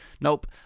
Nope